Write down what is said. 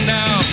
now